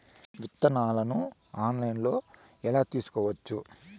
విత్తనాలను ఆన్లైన్లో ఎలా తీసుకోవచ్చు